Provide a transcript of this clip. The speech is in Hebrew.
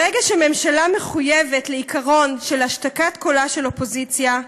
ברגע שממשלה מחויבת לעיקרון של השתקת קולה של אופוזיציה,